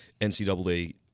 NCAA